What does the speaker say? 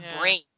brain